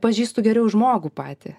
pažįstu geriau žmogų patį